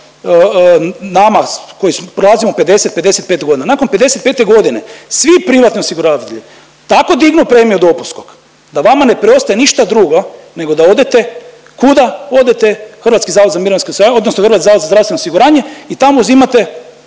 nama koji prelazimo 50, 55 godina? Nakon 55-te godine svi privatni osiguravatelji tako dignu premiju dopunskog da vama ne preostaje ništa drugo nego da odete kuda, odete u HZMO odnosno HZZO i tamo uzimate,